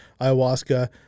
ayahuasca